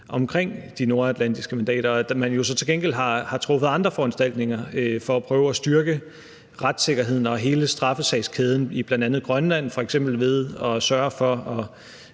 omkring de nordatlantiske mandater, og at man så til gengæld har truffet andre foranstaltninger for at prøve at styrke retssikkerheden og hele straffesagskæden i bl.a. Grønland, f.eks. ved at sørge for